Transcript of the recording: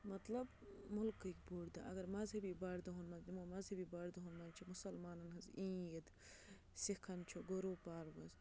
مَطلَب مُلکٕکۍ بٔڑۍ دۄہ اگر مذہبی بَڑِ دۄہَن منٛز نِمو مَذہبی بَڑِ دۄہَن منٛز چھِ مُسلمانَن ہٕنٛز عیٖد سِکھَن چھِ گروٗ پَروٕز